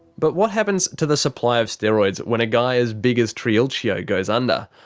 but what happens to the supply of steroids when a guy as big as triulcio goes under?